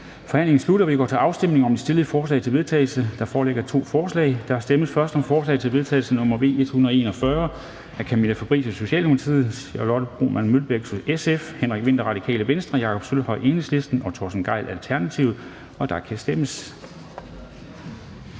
Forhandlingen er sluttet, og vi går til afstemning om de stillede forslag til vedtagelse. Der foreligger to forslag. Der stemmes først om forslag til vedtagelse nr. V 142 af Camilla Fabricius (S), Charlotte Broman Mølbæk (SF), Henrik Vinther (RV), Jakob Sølvhøj (EL) og Torsten Gejl (ALT), og der kan stemmes.